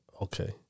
Okay